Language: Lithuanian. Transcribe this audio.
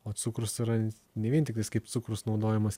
o cukrus yra ne vien tiktais kaip cukrus naudojamas